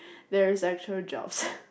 there is actual jobs